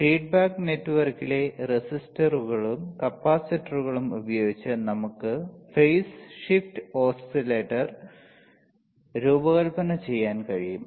അതിനാൽ ഫീഡ്ബാക്ക് നെറ്റ്വർക്കിലെ റെസിസ്റ്ററുകളും കപ്പാസിറ്ററുകളും ഉപയോഗിച്ച് നമുക്ക് phase ഷിഫ്റ്റ് ഓസിലേറ്റർ രൂപകൽപ്പന ചെയ്യാൻ കഴിയും